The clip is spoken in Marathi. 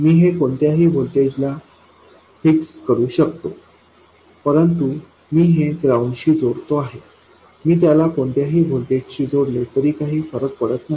मी हे कोणत्याही व्होल्टेज ला फिक्स करू शकतो परंतु मी हे ग्राउंड शी जोडतो आहे मी त्याला कोणत्याही व्होल्टेजशी जोडले तरी काही फरक पडत नाही